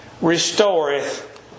restoreth